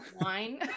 wine